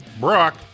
Brock